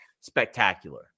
spectacular